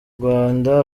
rwanda